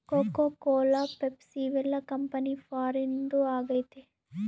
cocoa Cola Pepsi ಇವೆಲ್ಲ company ಫಾರಿನ್ದು ಆಗೈತೆ